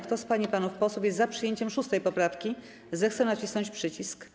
Kto z pań i panów posłów jest za przyjęciem 6. poprawki, zechce nacisnąć przycisk.